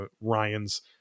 Ryan's